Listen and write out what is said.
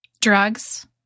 Drugs